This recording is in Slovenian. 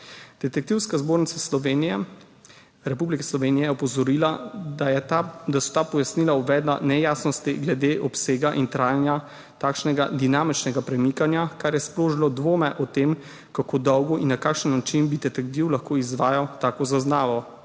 Detektivska zbornica Slovenije Republike Slovenije je opozorila, da so ta pojasnila uvedla nejasnosti glede obsega in trajanja takšnega dinamičnega premikanja, kar je sprožilo dvome o tem, kako dolgo in na kakšen način bi detektiv lahko izvajal tako zaznavo.